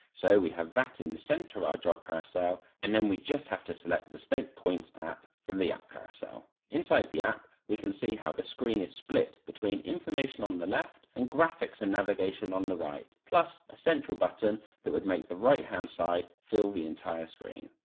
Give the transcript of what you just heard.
so we have that in the centre of our job carousel and then we just have to select the stake points app from the app carousel. inside the app, we can see how the screen is split between information on um the left and graphics and navigation on the right, plus a central button that would make the right hand side fill the entire screen.